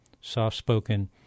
soft-spoken